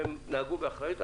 הם נהגו באחריות.